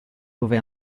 dove